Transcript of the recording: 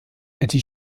die